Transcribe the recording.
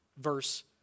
verse